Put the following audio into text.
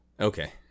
Okay